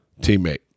teammate